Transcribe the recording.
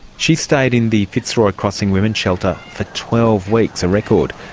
she stayed in the fitzroy crossing women's shelter for twelve weeks, a record,